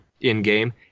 in-game